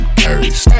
carries